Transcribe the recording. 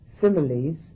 similes